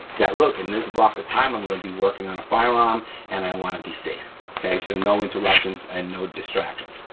that, look, in this block of time i'm gonna be working on a firearm and i wanna be safe, okay, so no interruptions and no distractions.